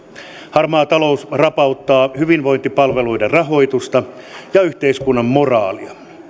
harmaa talous rapauttaa hyvinvointipalveluiden rahoitusta ja yhteiskunnan moraalia